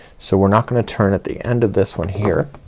so we're not gonna turn at the end of this one here.